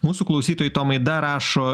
mūsų klausytojai tomai dar rašo